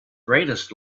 greatest